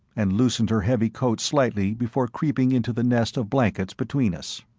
and loosened her heavy coat slightly before creeping into the nest of blankets between us.